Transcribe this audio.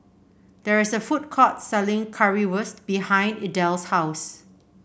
there is a food court selling Currywurst behind Idell's house